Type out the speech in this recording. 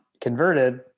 converted